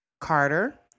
Carter